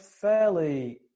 fairly